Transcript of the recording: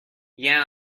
yeah